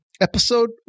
episode